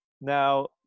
now